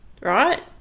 right